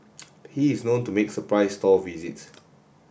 he is known to make surprise store visits